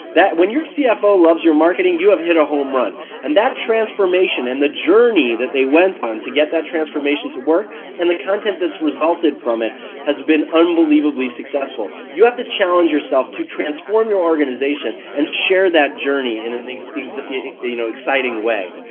when your cfo loves your marketing you have hit a homerun and that transformation and the journey that they went on to get that transformation to work and the content that's resulted from it has been unbelievably successful. you have to challenge yourself to transform your organization and share that journey in an you know exciting way.